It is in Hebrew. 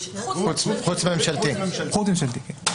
חוץ ממשלתי.